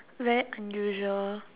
very unusual